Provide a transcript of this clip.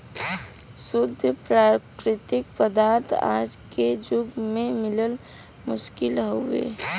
शुद्ध प्राकृतिक पदार्थ आज के जुग में मिलल मुश्किल हउवे